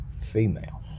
female